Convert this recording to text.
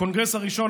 הקונגרס הראשון,